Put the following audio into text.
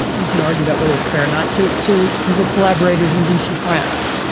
we can argue about whether it's fair or not to to to the collaborators in vichy france,